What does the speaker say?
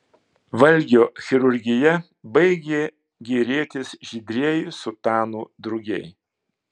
valgio chirurgija baigė gėrėtis žydrieji sutanų drugiai